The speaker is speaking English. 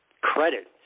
credit